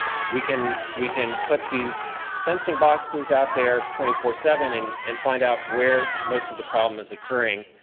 we can we can put these sensing boxes out there twenty four seven and find out where most of the problem is occurring.